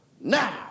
now